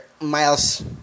miles